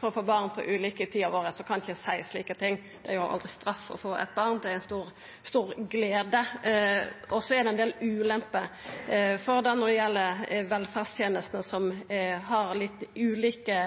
for å få barn på ulike tider av året, kan ein ikkje seie noko slikt. Det er jo aldri ei straff å få barn; det er ei stor glede. Men det er ein del ulemper når det gjeld velferdstenestene, som har litt ulike